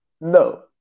No